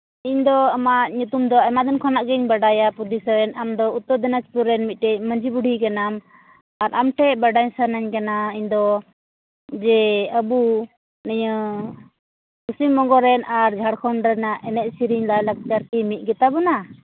ᱤᱧᱫᱚ ᱟᱢᱟᱜ ᱧᱩᱛᱩᱢ ᱫᱚ ᱟᱭᱢᱟ ᱫᱤᱱ ᱠᱷᱚᱱᱟᱜ ᱜᱤᱧ ᱵᱟᱰᱟᱭᱟ ᱯᱩᱫᱤ ᱥᱚᱨᱮᱱ ᱟᱢᱫᱚ ᱩᱛᱛᱚᱨᱫᱤᱱᱟᱡᱯᱩᱨ ᱨᱮᱱ ᱢᱤᱫᱴᱮᱡ ᱢᱟᱺᱡᱷᱤ ᱵᱩᱰᱷᱤ ᱠᱟᱱᱟᱢ ᱟᱨ ᱟᱢ ᱴᱷᱮᱡ ᱵᱟᱰᱟᱭ ᱥᱟᱱᱟᱧ ᱠᱟᱱᱟ ᱤᱧᱫᱚ ᱡᱮ ᱟᱵᱚ ᱱᱤᱭᱟᱹ ᱯᱚᱪᱷᱤᱢ ᱵᱚᱝᱜᱚ ᱨᱮᱱ ᱟᱨ ᱡᱷᱟᱲᱠᱷᱚᱸᱰ ᱨᱮᱱᱟᱜ ᱮᱱᱮᱡ ᱥᱮᱨᱮᱧ ᱞᱟᱭ ᱞᱟᱠᱪᱟᱨ ᱪᱮᱫ ᱢᱤᱫ ᱜᱮᱛᱟᱵᱚᱱᱟ